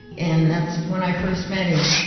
and that's when i first met him.